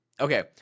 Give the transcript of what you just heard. Okay